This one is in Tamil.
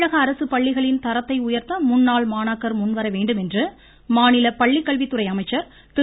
தமிழக அரசு பள்ளிகளின் தரத்தை உயர்த்த முன்னாள் மாணாக்கர் முன்வர வேண்டும் என மாநில பள்ளிக்கல்வித்துறை அமைச்சர் திரு